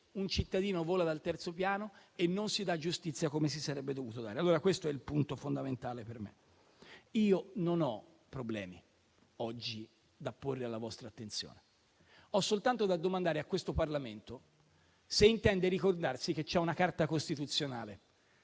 un cittadino vola dal terzo piano e non si dà giustizia come si sarebbe dovuto dare. Questo è il punto fondamentale per me. Io non ho problemi da porre oggi alla vostra attenzione. Ho soltanto da domandare a questo Parlamento se intende ricordarsi che c'è una Carta costituzionale,